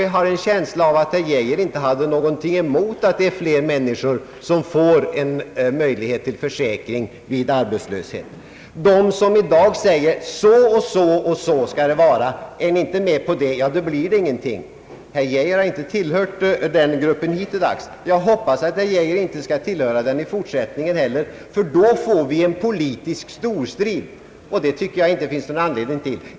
Jag har en känsla av att herr Geijer inte hade någonting emot att fler människor får en möjlighet till försäkring vid arbetslöshet. Det finns de som i dag säger att så och så och så skall det vara, och är ni inte med på det så blir det ingenting. Herr Geijer har inte tillhört den gruppen hittills, och jag hoppas att han inte skall tillhöra den i fortsättningen heller. Då får vi nämligen en politisk storstrid, och det tycker jag inte det finns anledning till.